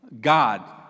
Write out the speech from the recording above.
God